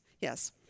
Yes